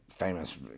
famous